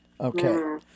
okay